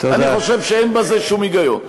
אני חושב שאין בזה שום היגיון.